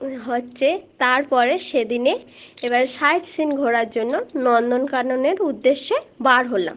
হচ্ছে তারপরে সেদিনে এবার সাইট সিইং ঘোরার জন্য নন্দনকাননের উদ্দেশ্যে বার হলাম